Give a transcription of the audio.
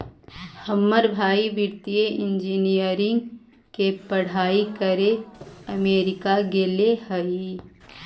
हमर भाई वित्तीय इंजीनियरिंग के पढ़ाई करे अमेरिका गेले हइ